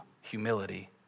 humility